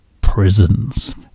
prisons